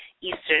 Eastern